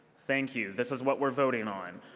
thank you. this is what we're voting on.